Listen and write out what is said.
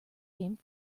game